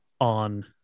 on